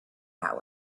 that